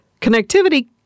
connectivity